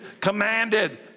commanded